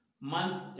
Months